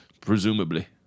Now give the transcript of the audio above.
presumably